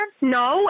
No